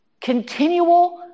continual